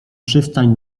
przystań